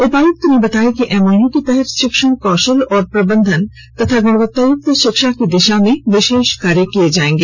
उपायुक्त ने बताया कि एमओयू के तहत शिक्षण कौशल और प्रबंधन और गुणवत्तायुक्त शिक्षा की दिशा में विशेष कार्य किया जाएगा